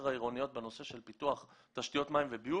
העירוניות בנושא של פיתוח תשתיות מים וביוב,